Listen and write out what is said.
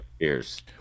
Cheers